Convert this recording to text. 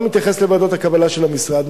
לא מתייחס לוועדות הקבלה של המשרד,